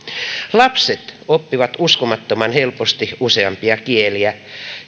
lapset oppivat uskomattoman helposti useampia kieliä